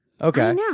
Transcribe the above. Okay